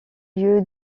lieu